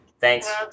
thanks